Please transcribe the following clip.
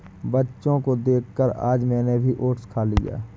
बच्चों को देखकर आज मैंने भी ओट्स खा लिया